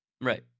right